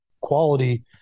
quality